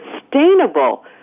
sustainable